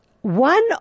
One